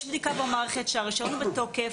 יש בדיקה במערכת שהרישיון הוא בתוקף,